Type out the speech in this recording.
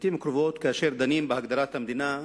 לעתים קרובות, כאשר דנים בהגדרת המדינה,